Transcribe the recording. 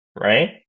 right